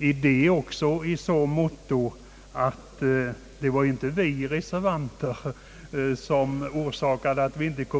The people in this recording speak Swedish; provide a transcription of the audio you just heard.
även i detta i så måtto att det inte var vi reservanter som orsakade detta.